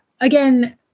Again